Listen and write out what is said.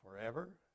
forever